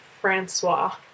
Francois